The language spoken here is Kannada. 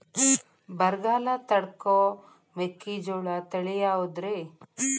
ಬರಗಾಲ ತಡಕೋ ಮೆಕ್ಕಿಜೋಳ ತಳಿಯಾವುದ್ರೇ?